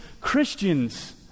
christians